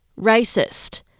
racist